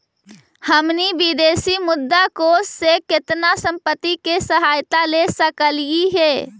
हमनी विदेशी मुद्रा कोश से केतना संपत्ति के सहायता ले सकलिअई हे?